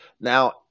Now